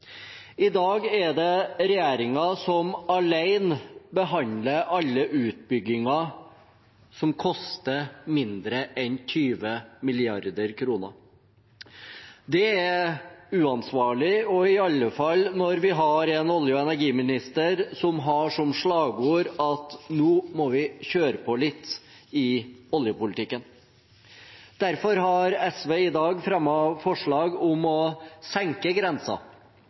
I dag er det regjeringen som alene behandler alle utbygginger som koster mindre enn 20 mrd. kr. Det er uansvarlig, i alle fall når vi har en olje- og energiminister som har som slagord at nå må vi kjøre på litt i oljepolitikken. Derfor har SV i dag fremmet forslag om å senke